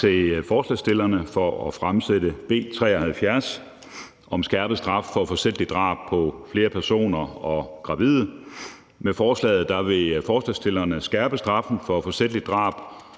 til forslagsstillerne for at fremsætte B 73 om skærpet straf for forsætligt drab på flere personer og gravide. Med forslaget vil forslagsstillerne skærpe straffen for forsætligt drab